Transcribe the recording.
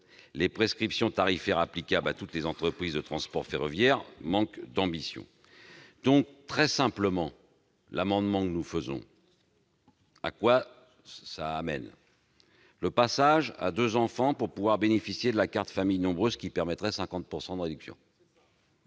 les prescriptions tarifaires applicables à toutes les entreprises de transport ferroviaire ne manquent d'ambition. L'amendement que nous vous soumettons permettrait : le passage à deux enfants pour pouvoir bénéficier de la carte famille nombreuse qui permettrait 50 % de réduction